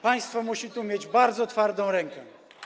Państwo musi tu mieć bardzo twardą rękę.